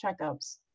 checkups